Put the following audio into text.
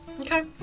Okay